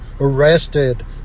arrested